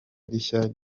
rishya